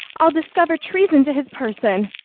i ll discover treason to his person.